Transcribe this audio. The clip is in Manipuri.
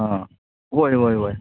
ꯑꯥ ꯍꯣꯏ ꯍꯣꯏ ꯍꯣꯏ